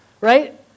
right